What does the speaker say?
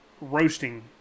roasting